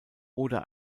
oder